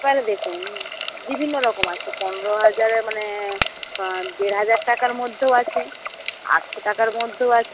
এবারে দেখুন বিভিন্ন রকম আছে পনেরো হাজারে মানে দেড় হাজার টাকার মধ্যেও আছে আটশো টাকার মধ্যেও